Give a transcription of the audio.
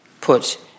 put